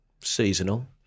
seasonal